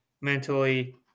mentally